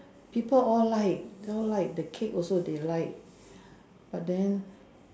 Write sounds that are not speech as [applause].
people all like all like the cake also they like [noise] but then